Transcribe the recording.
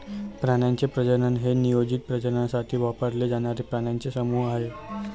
प्राण्यांचे प्रजनन हे नियोजित प्रजननासाठी वापरले जाणारे प्राण्यांचे समूह आहे